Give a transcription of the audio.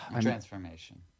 transformation